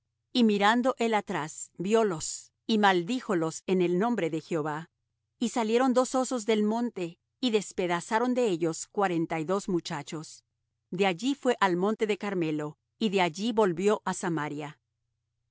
y mirando él atrás viólos y maldíjolos en el nombre de jehová y salieron dos osos del monte y despedazaron de ellos cuarenta y dos muchachos de allí fué al monte de carmelo y de allí volvió á samaria